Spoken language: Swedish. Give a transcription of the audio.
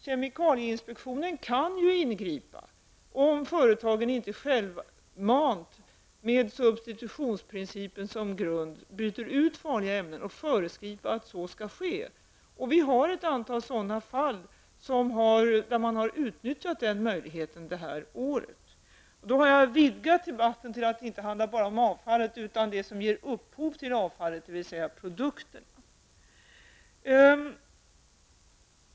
Kemikalieinspektionen kan ingripa om företagen inte självmant, med substitutionsprincipen som grund, byter ut farliga ämnen och föreskriva att så skall ske. Vi har ett antal fall från det här året där företagen har utnyttjat den möjligheten. Jag har nu vidgat debatten till att inte bara handla om avfallet utan även om det som ger upphov till avfallet, dvs. produkterna.